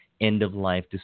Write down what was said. end-of-life